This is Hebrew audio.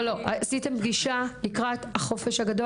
עשיתם פגישה לקראת החופש הגדול?